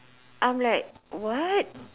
I'm like what